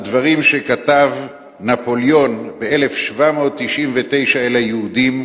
דברים שכתב נפוליאון ב-1799 אל היהודים,